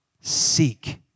Seek